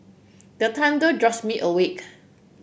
the thunder jolts me awake